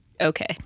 okay